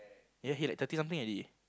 ya he like thirty something already